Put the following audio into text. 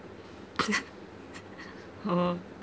oh